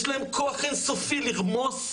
יש להם כוח אין-סופי לרמוס,